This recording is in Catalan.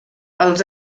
els